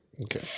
Okay